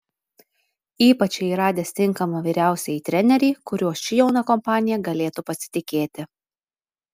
ypač jai radęs tinkamą vyriausiąjį trenerį kuriuo ši jauna kompanija galėtų pasitikėti